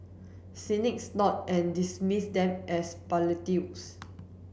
cynics snort and dismiss them as